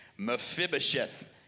Mephibosheth